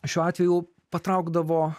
šiuo atveju patraukdavo